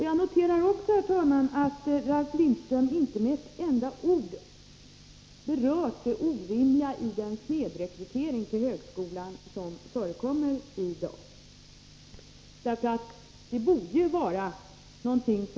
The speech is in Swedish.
Jag noterar också, herr talman, att Ralf Lindström inte med ett enda ord berört det orimliga i den snedrekrytering till högskolan som i dag förekommer.